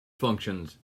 functions